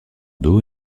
dos